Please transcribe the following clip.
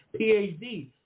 PhD